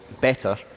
better